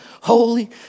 holy